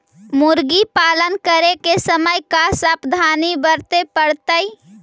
मुर्गी पालन करे के समय का सावधानी वर्तें पड़तई?